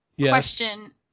Question